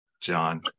john